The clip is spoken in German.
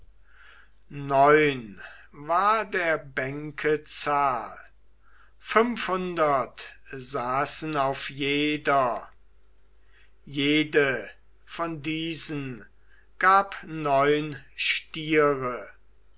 war der bänke zahl fünfhundert saßen auf jeder jede von diesen gab neun stiere